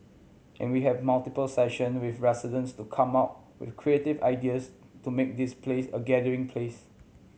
and we have multiple session with residents to come up with creative ideas to make this place a gathering place